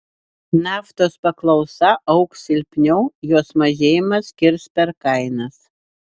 naftos paklausa augs silpniau jos mažėjimas kirs per kainas